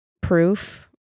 proof